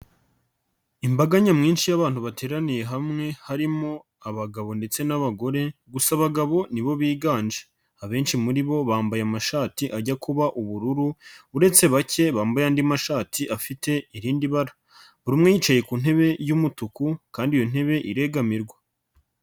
Imbaga nyamwinshi y'abantu bateraniye hamwe harimo abagabo ndetse n'abagore gusa abagabo nibo biganje, abenshi muri bo bambaye amashati ajya kuba ubururu uretse bake bambaye andi mashati afite irindi bara, buri umwe yicaye ku ntebe y'umutuku kandi iyo ntebe iregamirwa.